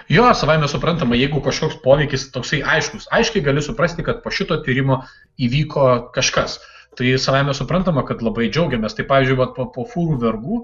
jo savaime suprantama jeigu kažkoks poveikis toksai aiškus aiškiai galiu suprasti kad po šito tyrimo įvyko kažkas tai savaime suprantama kad labai džiaugiamės tai pavyzdžiui vat po po fūrų vergų